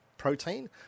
Protein